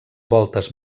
voltes